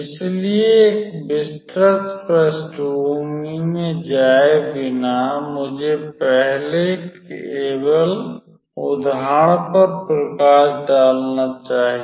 इसलिए एक विस्तृत पृष्ठभूमि में जाये बिना मुझे पहले केवल उदाहरण पर प्रकाश डालना चाहिए